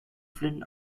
flynn